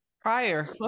Prior